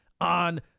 on